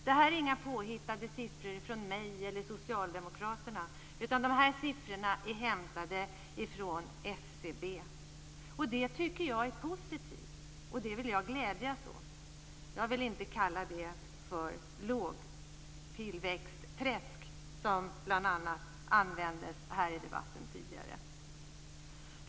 Det här är inga siffror som jag och socialdemokraterna har hittat på. Siffrorna är hämtade från SCB. Det tycker jag är positivt, och det vill jag glädjas åt. Jag vill inte kalla det för lågtillväxtträsk, ett uttryck som bl.a. användes här i debatten tidigare.